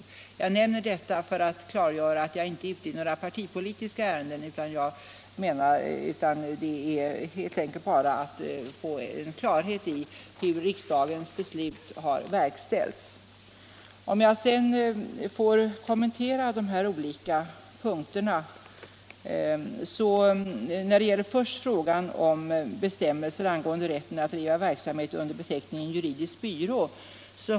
— riksdagens uttalan Jag nämner detta bara för att klargöra att jag inte är ute i några par = den tipolitiska ärenden, utan jag vill bara få klarhet i hur riksdagens beslut har verkställts. Om jag sedan får kommentera de olika punkterna något, så tar jag först frågan om bestämmelser angående rätten att driva verksamhet under beteckningen juridisk byrå.